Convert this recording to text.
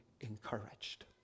encouraged